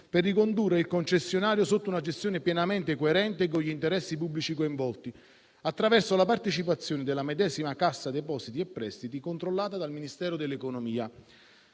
a ricondurre il concessionario a una gestione pienamente coerente con gli interessi pubblici coinvolti, attraverso la partecipazione della medesima Cassa depositi e prestiti, controllata dal Ministero dell'economia